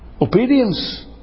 Obedience